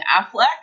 Affleck